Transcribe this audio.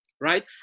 Right